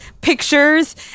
pictures